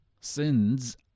sins